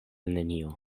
neniu